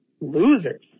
Losers